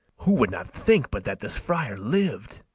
who would not think but that this friar liv'd?